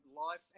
life